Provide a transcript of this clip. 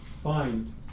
find